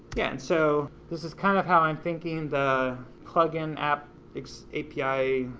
yeah and so this is kind of how i'm thinking the plugin app api,